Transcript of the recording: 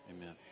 Amen